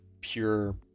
pure